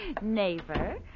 Neighbor